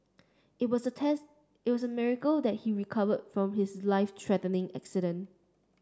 it was a text it was miracle that he recovered from his life threatening accident